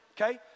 Okay